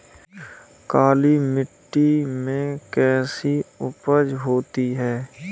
काली मिट्टी में कैसी उपज होती है?